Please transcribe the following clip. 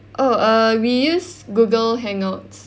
oh err we use Google hangouts